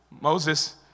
Moses